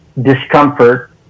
discomfort